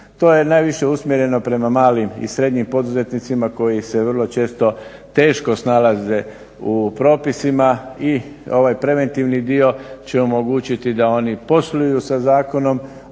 To je najviše usmjereno prema malim i srednjim poduzetnicima koji se vrlo često teško snalaze u propisima i ovaj preventivni dio će omogućiti da oni posluju sa zakonom,